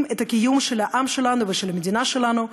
את הקיום של העם שלנו ושל המדינה שלנו,